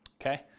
Okay